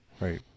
Right